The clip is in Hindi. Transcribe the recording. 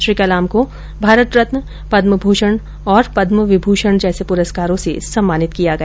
श्री कलाम को भारत रत्न पद्मभूषण और पद्मविभूषण पुरस्कारों से भी सम्मानित किया गया